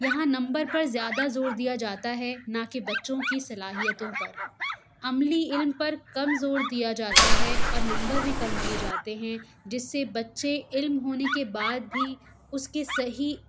یہاں نمبر پر زیادہ زور دیا جاتا ہے نہ کہ بچوں کی صلاحیتوں پر عملی علم پر کم زور دیا جاتا ہے اور نمبر بھی کم دیے جاتے ہیں جس سے بچے علم ہونے کے بعد بھی اس کے صحیح